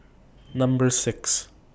Number six